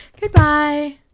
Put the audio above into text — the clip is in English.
Goodbye